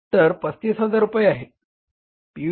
तर ते 35000 रुपये आहे